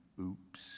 oops